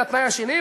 זה התנאי השני,